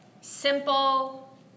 simple